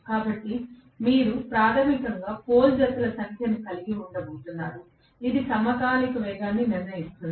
కాబట్టి మీరు ప్రాథమికంగా పోల్ జతల సంఖ్యను కలిగి ఉండబోతున్నారు ఇది సమకాలిక వేగాన్ని నిర్ణయిస్తుంది